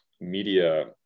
media